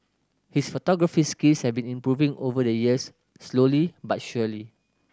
his photography skills have been improving over the years slowly but surely